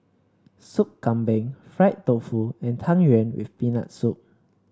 Sup Kambing Fried Tofu and Tang Yuen with Peanut Soup